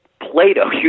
Plato